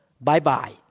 Bye-bye